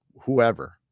whoever